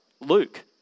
Luke